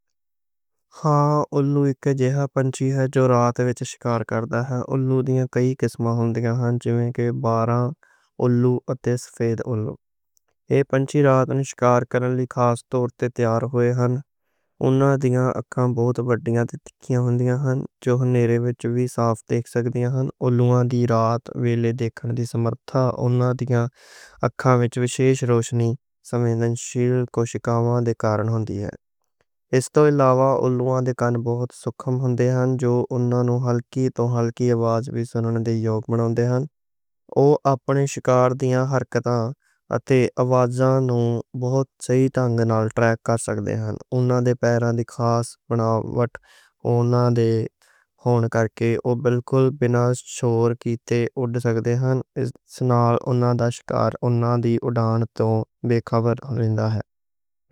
ہاں اُلّو اک جیہا پنچھی ہے جو رات وچ شکار کردا ہے۔ اُلّو دیاں کئی قسماں ہوندیاں نے جیویں کہ اُلّو اتے سفید۔ اُلّو ای پنچھی رات نوں شکار کرن لئی خاص طور تے تیار ہوئے۔ اُنہاں دیاں اکھاں بہت وڈھیاں اتے تیکھی ہوندیاں نے، جو ہنیرے وچ وی صاف دیکھ سکدیاں نے۔ اُلّواں دی رات ویلے دیکھن دی سمرتھا اُنہاں دیاں اکھاں وچ وِشیش روشنی سمویدن شیل کوشکاں دے کارن ہوندی ہے۔ اس توں علاوہ اُلّواں دے کان بہت سُکھم ہوندے نے، جو اُنہاں نوں ہلکی توں ہلکی آواز وی سنّن دے منّندے نے۔ او اپنے شکار دیاں حرکتاں اتے آوازاں نوں بہت صحیح طریقے نال ٹریک کر سکدے نے۔ انہاں دے پہراں دی خاص بناوٹ انہاں دے ہون کرکے او بالکل بغیر شور کے تے اُڈ سکدے نے۔ اس نال انہاں دا شکار انہاں دی اُڈان توں بےخبر ہو رہنگا ہے۔